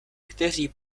kteří